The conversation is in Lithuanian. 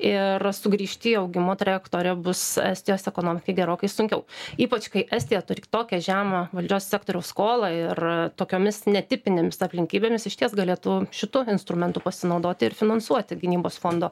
ir sugrįžti į augimo trajektoriją bus estijos ekonomikai gerokai sunkiau ypač kai estija turi tokią žemą valdžios sektoriaus skolą ir tokiomis netipinėmis aplinkybėmis išties galėtų šitu instrumentu pasinaudoti ir finansuoti gynybos fondo